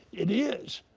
it is.